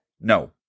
No